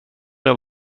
det